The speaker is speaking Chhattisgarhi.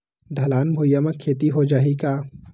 ढलान भुइयां म खेती हो जाही का?